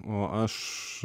o aš